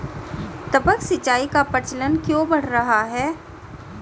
टपक सिंचाई का प्रचलन क्यों बढ़ रहा है?